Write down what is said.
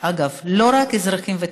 אגב, לא רק אזרחים ותיקים.